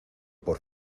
por